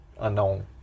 unknown